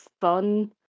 fun